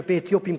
כלפי אתיופים,